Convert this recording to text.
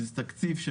זה תקציב שהוא